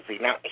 Now